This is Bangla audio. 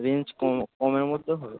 রেঞ্জ কম কমের মধ্যেও হবে